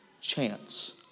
chance